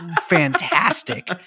fantastic